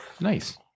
Nice